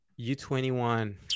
U21